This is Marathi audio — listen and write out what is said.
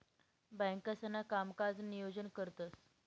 बँकांसणा कामकाजनं नियोजन करतंस